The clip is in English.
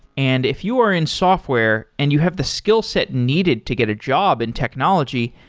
and if you are in software and you have the skillset needed to get a job in technology,